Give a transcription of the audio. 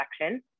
section